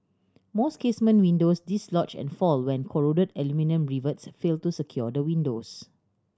most casement windows dislodge and fall when corroded aluminium rivets fail to secure the windows